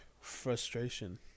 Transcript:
frustration